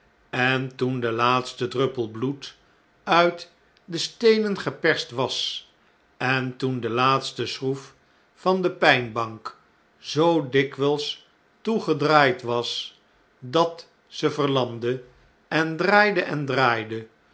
en toen de laatste druppel bloed uit de steenen geperst was en toen de laatste schroef van de pijnbank zoo dikwijls toegedraaid was dat ze verlamde en draaide en draaide